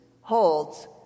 holds